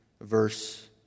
verse